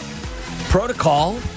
protocol